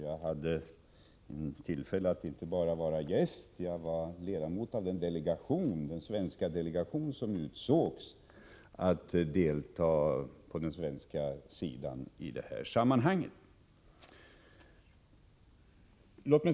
Jag hade tillfälle att inte bara vara gäst; jag var ledamot av den svenska delegation som utsågs att delta i det sammanhanget.